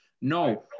No